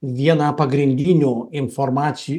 viena pagrindinių informacij